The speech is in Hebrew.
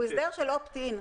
הוא הסדר של opt-in.